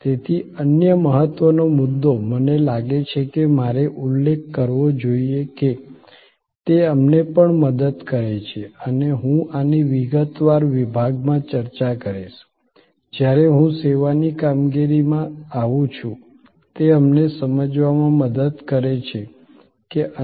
તેથી અન્ય મહત્વનો મુદ્દો મને લાગે છે કે મારે ઉલ્લેખ કરવો જોઈએ કે તે અમને પણ મદદ કરે છે અને હું આની વિગતવાર વિભાગમાં ચર્ચા કરીશ જ્યારે હું સેવાની કામગીરીમાં આવું છું તે અમને સમજવામાં મદદ કરે છે કે અન્ય કયા અવરોધ બિંદુઓ અને ક્યાં નિષ્ફળતા થઈ શકે છે